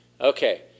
Okay